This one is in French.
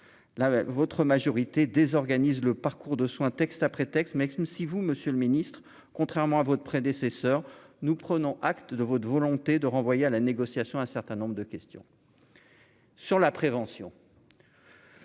votre majorité désorganise le parcours de soins texte après texte Maxime si vous Monsieur le Ministre, contrairement à votre prédécesseur, nous prenons acte de votre volonté de renvoyer à la négociation un certain nombre de questions sur la prévention.